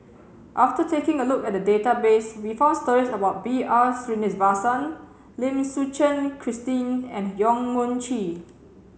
after taking a look at the database we found stories about B R Sreenivasan Lim Suchen Christine and Yong Mun Chee